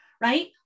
right